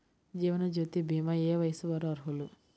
జీవనజ్యోతి భీమా ఏ వయస్సు వారు అర్హులు?